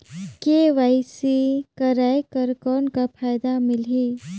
KYC कराय कर कौन का फायदा मिलही?